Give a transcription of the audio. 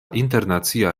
internacia